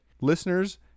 Listeners